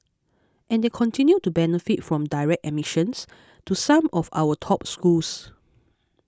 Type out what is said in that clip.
and they continue to benefit from direct admissions to some of our top schools